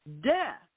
Death